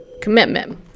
commitment